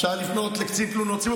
אפשר לפנות לקצין תלונות ציבור,